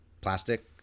plastic